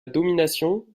domination